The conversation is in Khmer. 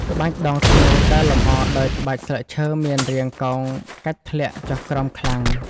ក្បាច់ដងធ្នូដែលលម្អ ដោយក្បាច់ស្លឹកឈើមានរាងកោងកាច់ធ្លាក់ចុះក្រោមខ្លាំង។